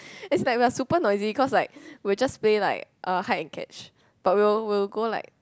it's like we are super noisy cause like we will just play like uh hide and catch but we will we will go like